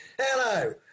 hello